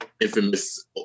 infamous